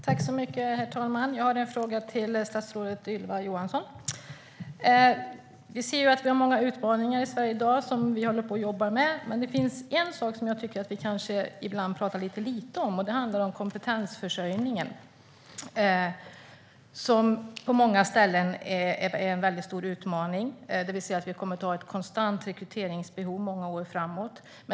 Herr talman! Jag har en fråga till statsrådet Ylva Johansson. Vi ser många utmaningar i Sverige i dag som vi jobbar med, men det finns en sak som jag tycker att vi ibland pratar alltför lite om. Det handlar om kompetensförsörjningen, som är en stor utmaning på många ställen. Vi kommer att ha ett konstant rekryteringsbehov under många år framöver.